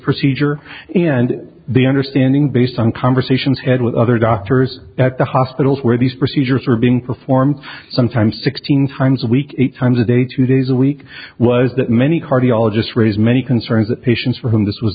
procedure and the understanding based on conversations had with other doctors at the hospitals where these procedures were being performed sometimes sixteen times a week eight times a day two days a week was that many cardiologists raise many concerns that patients for whom this was